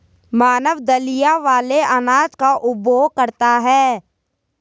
मानव दलिया वाले अनाज का उपभोग करता है